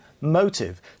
motive